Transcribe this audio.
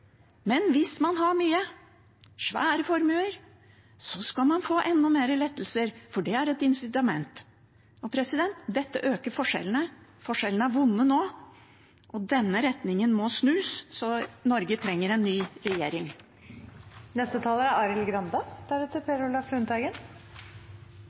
Men hvis man har mye – store formuer – skal man få enda mer lettelser, for det er et insitament. Dette øker forskjellene, og forskjellene er vonde nå. Denne retningen må snus – Norge trenger en ny regjering. Jeg tar ordet fordi jeg syns det er